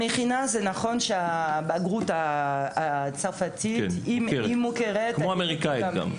נכון שהבגרות הצרפתית מוכרת כמו גם הבגרות האמריקאית.